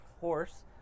horse